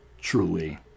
truly